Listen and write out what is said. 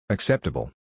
Acceptable